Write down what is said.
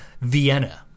Vienna